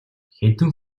хэдэн